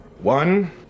One